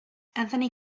anthony